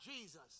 Jesus